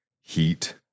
heat